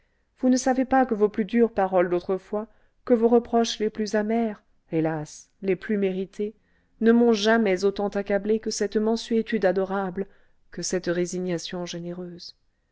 vous ne savez pas que vos plus dures paroles d'autrefois que vos reproches les plus amers hélas les plus mérités ne m'ont jamais autant accablé que cette mansuétude adorable que cette résignation généreuse